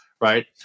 right